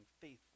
faithful